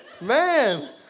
man